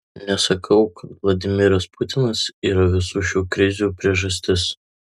nesakau kad vladimiras putinas yra visų šių krizių priežastis